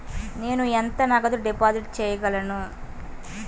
నేను ఎంత నగదు డిపాజిట్ చేయగలను?